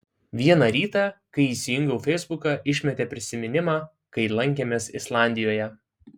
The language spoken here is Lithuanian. vieną rytą kai įsijungiau feisbuką išmetė prisiminimą kai lankėmės islandijoje